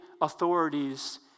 authorities